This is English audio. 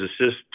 assist